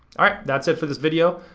alright, that's it for this video.